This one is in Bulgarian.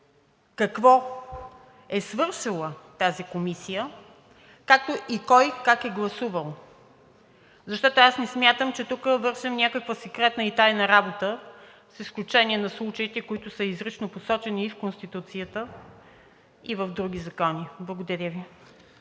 какво е свършила тази комисия, както и кой как е гласувал, защото не смятам, че тук вършим някаква секретна и тайна работа, с изключение на случаите, които са изрично посочени и в Конституцията, и в други закони. Благодаря Ви.